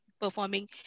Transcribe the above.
performing